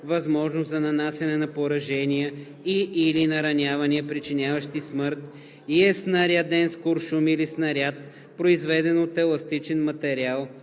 невъзможност за нанасяне на поражения и/или наранявания, причиняващи смърт, и е снаряден с куршум или снаряд, произведен от еластичен материал